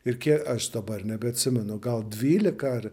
ir kie aš dabar nebeatsimenu gal dvylika